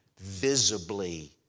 visibly